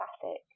classic